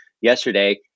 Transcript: yesterday